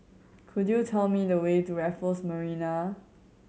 could you tell me the way to Raffles Marina